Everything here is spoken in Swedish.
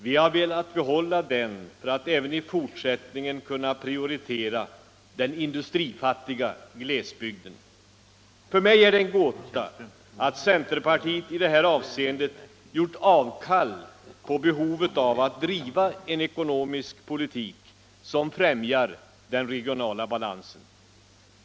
Vi har velat behålla denna för att även i fortsättningen kunna prioritera den industrifattiga glesbygden. För mig är det en gåta att centerpartiet i detta avseende gjort avkall på behovet av att driva en ekonomisk politik som främjar den regionala balansen.